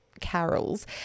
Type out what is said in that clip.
carols